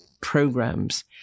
programs